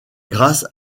grâce